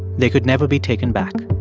they could never be taken back